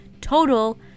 total